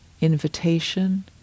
invitation